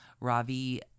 Ravi